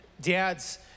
dads